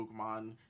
Pokemon